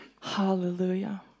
Hallelujah